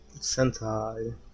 Sentai